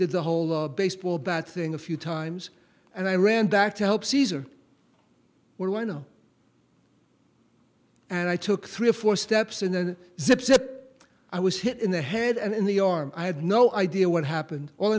did the whole of baseball bat thing a few times and i ran back to help cesar where i know and i took three or four steps and then zip zip i was hit in the head and in the arm i have no idea what happened